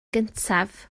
gyntaf